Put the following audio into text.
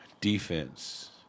defense